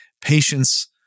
patience